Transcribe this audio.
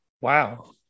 wow